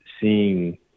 seeing